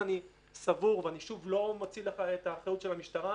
שפעם לפני כמה שנים פרצו וגנבו את מרשם האוכלוסין ומאז הכול נמצא ברשת.